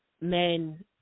men